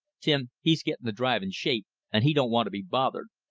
tim he's getting the drive in shape, and he don't want to be bothered,